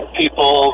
people